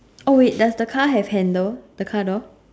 oh wait does the car have handle the car door